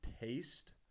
taste